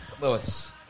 Lewis